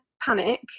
panic